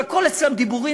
הכול אצלם דיבורים,